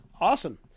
Awesome